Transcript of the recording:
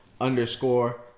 underscore